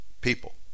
people